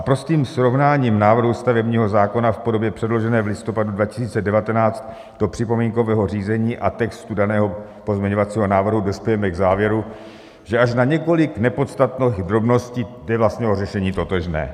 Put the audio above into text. Prostým srovnáním návrhu stavebního zákona v podobě předložené v listopadu 2019 do připomínkového řízení a textu daného pozměňovacího návrhu dospějeme k závěru, že až na několik nepodstatných drobností jde vlastně o řešení totožné.